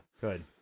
good